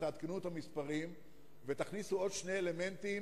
תעדכנו את המספרים ותכניסו עוד שני אלמנטים,